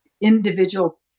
individual